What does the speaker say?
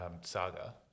saga